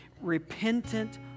repentant